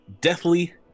deathly